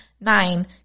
Nine